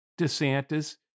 DeSantis